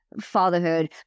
fatherhood